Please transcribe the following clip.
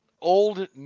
old